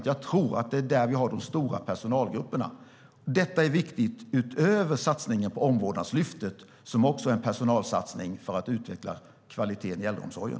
Jag tror att det är där vi har de stora personalgrupperna. Detta är viktigt utöver satsningen på omvårdnadslyftet som också är en personalsatsning för att utveckla kvaliteten i äldreomsorgen.